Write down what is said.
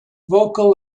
vocal